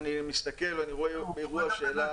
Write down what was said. אני מסתכל בטוויטר ואני רואה אירוע שהעלה